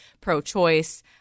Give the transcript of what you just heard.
pro-choice